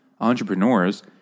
entrepreneurs